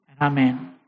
amen